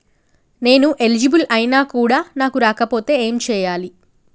నేను ఎలిజిబుల్ ఐనా కూడా నాకు రాకపోతే ఏం చేయాలి?